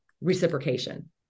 reciprocation